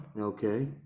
okay